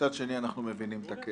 מצד שני, אנחנו מזדהים ומבינים את הכאב.